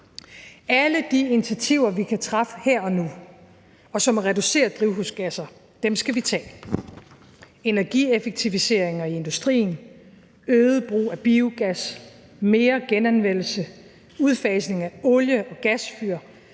Alle de initiativer, vi kan tage her og nu, og som reducerer drivhusgasser, skal vi tage: energieffektiviseringer i industrien, øget brug af biogas, mere genanvendelse og udfasning af olie- og gasfyr.